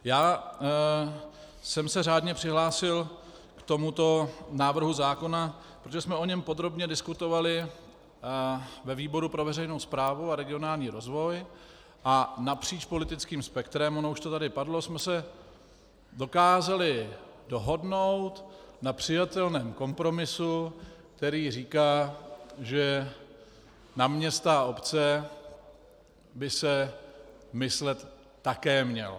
Já jsem se řádně přihlásil k tomuto návrhu zákona, protože jsme o něm podrobně diskutovali ve výboru pro veřejnou správu a regionální rozvoj a napříč politickým spektrem, ono už to tady padlo, jsme se dokázali dohodnout na přijatelném kompromisu, který říká, že na města a obce by se myslet také mělo.